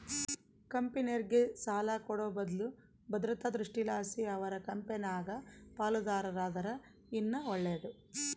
ಕಂಪೆನೇರ್ಗೆ ಸಾಲ ಕೊಡೋ ಬದ್ಲು ಭದ್ರತಾ ದೃಷ್ಟಿಲಾಸಿ ಅವರ ಕಂಪೆನಾಗ ಪಾಲುದಾರರಾದರ ಇನ್ನ ಒಳ್ಳೇದು